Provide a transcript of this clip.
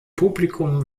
publikum